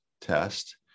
test